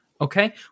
okay